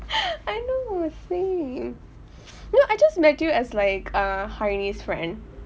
I know same you know I just met you as like a heini's friend